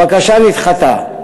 והבקשה נדחתה.